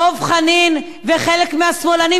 דב חנין וחלק מהשמאלנים,